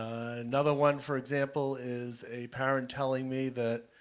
another one, for example, is a parent telling me that